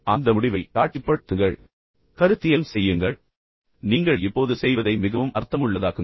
அந்த முடிவை காட்சிப்படுத்துங்கள் கருத்தியல் செய்யுங்கள் நீங்கள் இப்போது செய்வதை மிகவும் அர்த்தமுள்ளதாக்குங்கள்